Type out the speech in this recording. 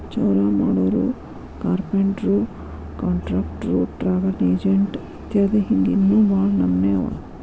ಚೌರಾಮಾಡೊರು, ಕಾರ್ಪೆನ್ಟ್ರು, ಕಾನ್ಟ್ರಕ್ಟ್ರು, ಟ್ರಾವಲ್ ಎಜೆನ್ಟ್ ಇತ್ಯದಿ ಹಿಂಗ್ ಇನ್ನೋ ಭಾಳ್ ನಮ್ನೇವ್ ಅವ